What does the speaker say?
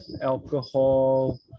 alcohol